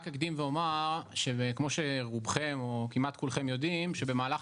אני רק אקדים ואומר שכמו שרובכם או כמעט כולכם יודעים במהלך